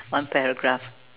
one paragraph